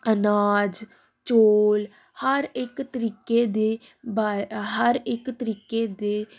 ਅਨਾਜ ਚੌਲ ਹਰ ਇੱਕ ਤਰੀਕੇ ਦੇ ਬਾ ਹਰ ਇੱਕ ਤਰੀਕੇ ਦੇ